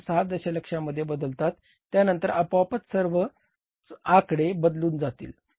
6 दशलक्षामध्ये बदलतात त्यांनतर आपोआपच सर्वच आकडे बदलून जातील